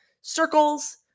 circles